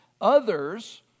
others